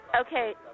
Okay